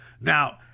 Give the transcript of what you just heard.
Now